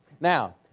now